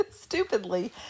stupidly